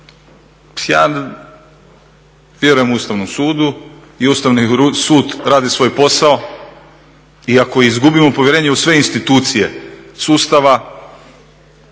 Ja vjerujem Ustavnom sudu i Ustavni sud radi svoj posao. I ako izgubimo povjerenje u sve institucije sustava